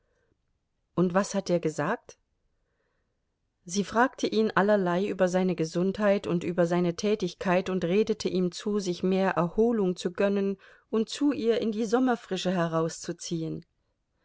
und was hat er gesagt sie fragte ihn allerlei über seine gesundheit und über seine tätigkeit und redete ihm zu sich mehr erholung zu gönnen und zu ihr in die sommerfrische herauszuziehen